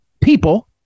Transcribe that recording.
people